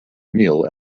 meal